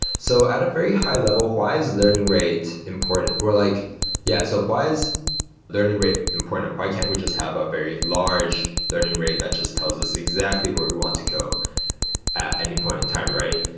so at a very high level, why is learning rate important? like yeah, so why is learning rate important? why can't we just have a very large learning rate that just tells us exactly where we want to go at any point in time, right?